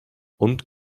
und